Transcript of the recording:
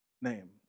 name